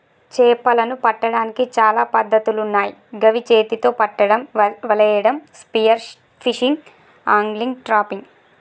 చేపలను పట్టడానికి చాలా పద్ధతులున్నాయ్ గవి చేతితొ పట్టడం, వలేయడం, స్పియర్ ఫిషింగ్, ఆంగ్లిగ్, ట్రాపింగ్